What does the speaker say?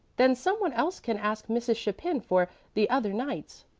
then some one else can ask mrs. chapin for the other nights.